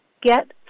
get